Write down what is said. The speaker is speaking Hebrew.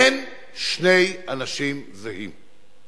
אין שני אנשים זהים.